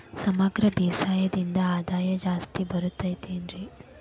ಸಮಗ್ರ ಬೇಸಾಯದಿಂದ ಆದಾಯ ಜಾಸ್ತಿ ಬರತೈತೇನ್ರಿ?